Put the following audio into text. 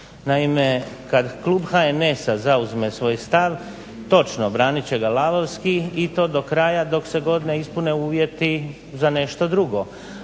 Naime, kada klub HNS-a zauzme svoj stav, točno, branit će ga lavovski i to do kraja dok se god ne ispune uvjeti za nešto drugo.